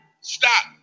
stop